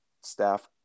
staff